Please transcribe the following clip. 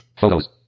Photos